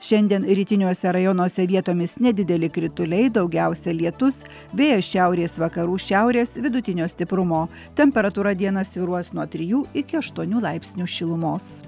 šiandien rytiniuose rajonuose vietomis nedideli krituliai daugiausia lietus vėjas šiaurės vakarų šiaurės vidutinio stiprumo temperatūra dieną svyruos nuo trijų iki aštuonių laipsnių šilumos